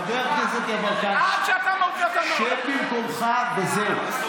חבר הכנסת יברקן, שב, בבקשה, במקום.